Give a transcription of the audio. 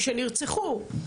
הם אנשים שנרצחו.